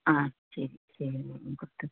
ஆ சரி சரிங்க மேம் கொடுத்துர்றேன்